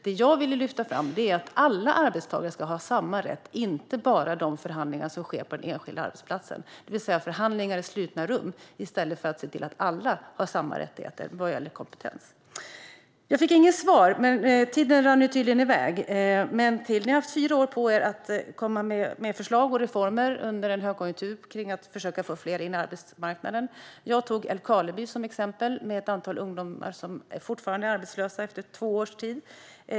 Det som jag ville lyfta fram var att alla arbetstagare ska ha samma rätt, inte bara den rätt som förhandlas fram på den enskilda arbetsplatsen, det vill säga förhandlingar i slutna rum i stället för att se till att alla har rättigheter när det gäller kompetens. Jag fick inget svar på min fråga. Tiden rann tydligen iväg. Men ni har haft fyra år på er att komma med förslag och reformer under en högkonjunktur för att försöka att få in fler på arbetsmarknaden. Jag tog Älvkarleby som exempel med ett antal ungdomar som fortfarande är arbetslösa efter två års tid.